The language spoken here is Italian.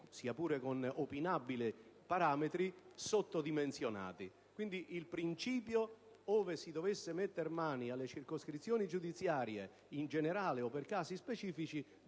(sia pure con opinabili parametri) sottodimensionati. Quindi, ove si dovesse mettere mano alle circoscrizioni giudiziarie, in generale o per casi specifici,